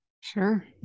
sure